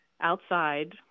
outside